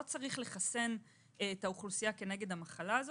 לא צריך לחסן את האוכלוסייה כנגד המחלה הזאת,